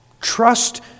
trust